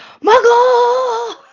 muggle